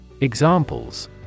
Examples